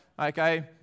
Okay